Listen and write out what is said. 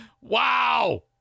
wow